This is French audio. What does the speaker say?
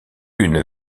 une